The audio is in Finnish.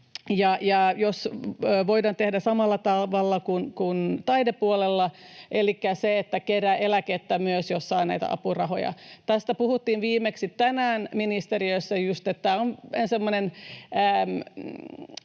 voidaanko tehdä samalla tavalla kuin taidepuolella, elikkä eläkettä kertyy myös, jos saa näitä apurahoja. Tästä puhuttiin just viimeksi tänään ministeriössä, että tämä on semmoinen